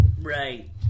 Right